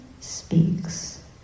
speaks